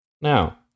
Now